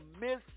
miss